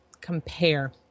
compare